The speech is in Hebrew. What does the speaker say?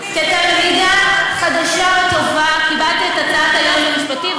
כתלמידה חדשה וטובה קיבלתי את הצעת הייעוץ המשפטי,